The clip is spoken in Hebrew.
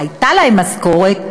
והייתה להם משכורת,